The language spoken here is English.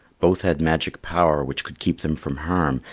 both had magic power which could keep them from harm,